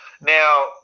Now